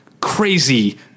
crazy